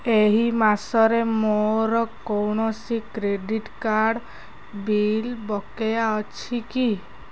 ଏହି ମାସରେ ମୋର କୌଣସି କ୍ରେଡ଼ିଟ୍ କାର୍ଡ଼୍ ବିଲ୍ ବକେୟା ଅଛି କି